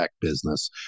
business